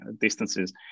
distances